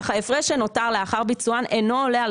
ההפרש שנותר לאחר ביצוען אינו עולה על